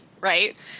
right